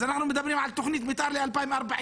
אז אנחנו מדברים על תוכנית מתאר ל-2040.